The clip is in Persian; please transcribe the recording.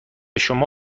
شما